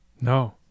No